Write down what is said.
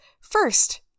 First